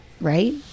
right